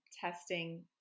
testing